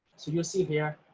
so you'll see here,